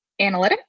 Analytics